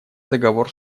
договор